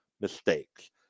mistakes